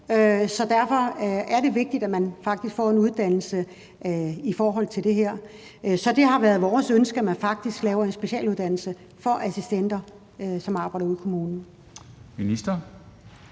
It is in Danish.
Derfor er det vigtigt, at man faktisk får en uddannelse i forhold til det her. Så det har været vores ønske, at man faktisk laver en specialuddannelse for assistenter, som arbejder i kommunen.